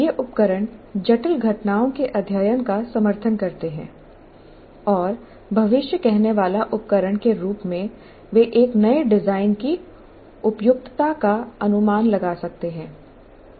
ये उपकरण जटिल घटनाओं के अध्ययन का समर्थन करते हैं और भविष्य कहनेवाला उपकरण के रूप में वे एक नए डिजाइन की उपयुक्तता का अनुमान लगा सकते हैं